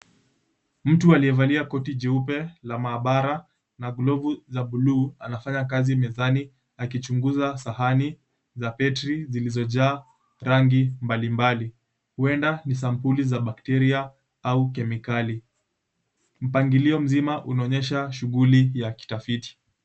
Mtu aliyevalia koti jeupe la maabara na glovu za buluu anafanya kazi mezani, akichunguza sahani za battery zilizojaa rangi mbalimbali. Huenda ni sampuli za bacteria au kemikali. Mpangilio mzima unaonyesha shughuli ya kitafiti.